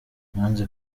nanze